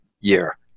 year